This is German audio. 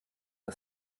der